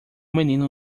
menino